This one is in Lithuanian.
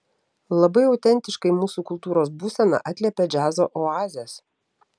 labai autentiškai mūsų kultūros būseną atliepia džiazo oazės